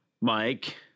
mike